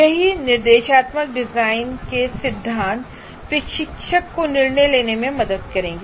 यही निर्देशात्मक डिजाइन के सिद्धांत प्रशिक्षक को निर्णय लेने में मदद करेंगे